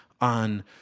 on